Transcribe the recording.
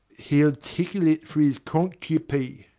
he'll tickle it for his concupy.